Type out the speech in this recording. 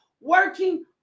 working